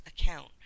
account